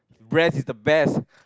breast is the best